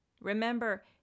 Remember